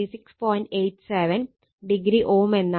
87 o Ω എന്നാണ്